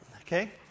Okay